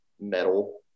metal